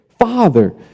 father